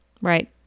Right